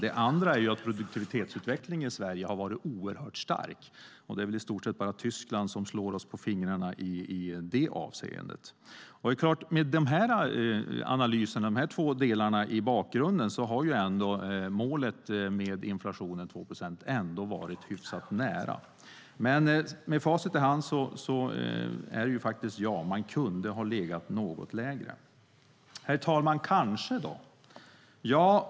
En annan är att produktivitetsutvecklingen i Sverige har varit oerhört stark. Det är väl i stort sett bara Tyskland som slår oss på fingrarna i det avseendet. Med de här analyserna, de här två delarna, i bakgrunden har inflationsmålet 2 procent ändå varit hyfsat nära. Men med facit i hand är det: Ja. Man kunde ha legat något lägre. Herr talman! Kanske, då?